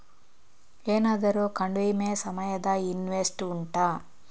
ಏನಾದರೂ ಕಡಿಮೆ ಸಮಯದ ಇನ್ವೆಸ್ಟ್ ಉಂಟಾ